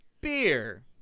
beer